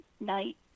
night